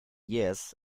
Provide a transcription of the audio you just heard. years